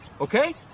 okay